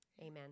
Amen